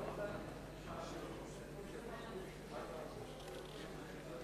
חברי חברי הכנסת, המועצה